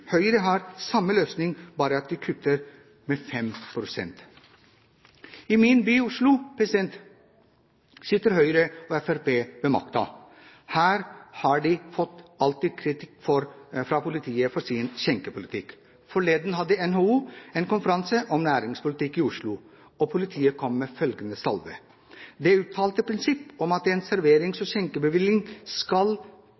Høyre har samme løsning bortsett fra at de kutter alkoholavgiftene med 5 pst. I min by, Oslo, sitter Høyre og Fremskrittspartiet ved makten. Her har de alltid fått kritikk fra politiet for sin skjenkepolitikk. Forleden dag hadde NHO en konferanse om næringspolitikk i Oslo, og politiet kom med følgende salve: Det uttalte prinsipp om at en